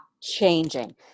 Changing